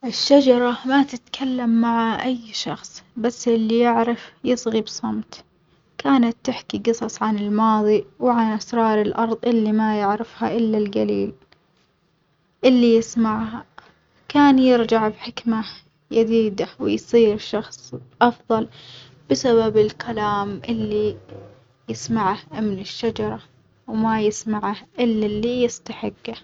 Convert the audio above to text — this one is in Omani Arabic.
الشجرة ما تتكلم مع أي شخص بس اللي يعرف يصغي بصمت، كانت تحكي جصص عن الماظي وعن أسرار الأرض اللي ما يعرفها إلا الجليل، اللي يسمعها كان يرجع بحكمة يديدة ويصير شخص أفظل بسبب الكلام اللي يسمعه من الشجرة، وما يسمعه إلا اللي يستحجه.